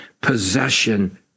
possession